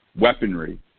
weaponry